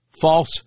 false